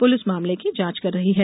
police मामले की जांच कर रही है